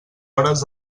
hores